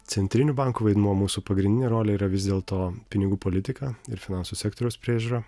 centrinių bankų vaidmuo mūsų pagrindinė rolė yra vis dėlto pinigų politika ir finansų sektoriaus priežiūra